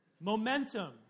Momentum